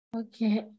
Okay